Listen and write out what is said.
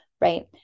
right